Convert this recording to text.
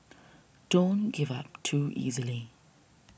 don't give up too easily